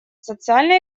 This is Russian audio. социально